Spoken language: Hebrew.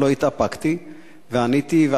אבל לא התאפקתי ועניתי,